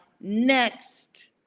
Next